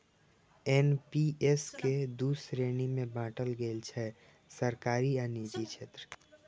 NPS कें दू श्रेणी मे बांटल गेल छै, सरकारी आ निजी क्षेत्र